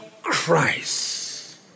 Christ